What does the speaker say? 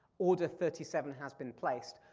order thirty seven has been placed.